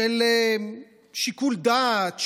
שיקול דעת,